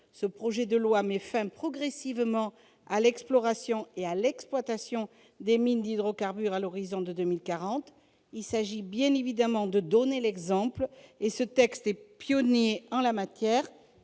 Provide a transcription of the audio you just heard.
Ce projet de loi vise à mettre fin progressivement à l'exploration et à l'exploitation des mines d'hydrocarbures à l'horizon de 2040. Il s'agit bien évidemment de donner l'exemple ; ce texte est pionnier en la matière,